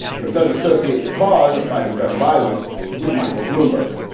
but it does associate the cause of fighting gun violence with michael bloomberg.